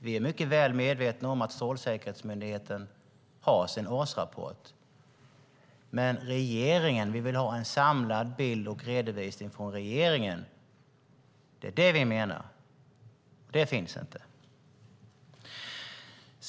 Vi är väl medvetna om att Strålsäkerhetsmyndigheten lämnar en årsrapport, men vi vill ha en samlad redovisning från regeringen. Någon sådan finns inte.